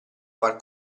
far